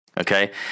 Okay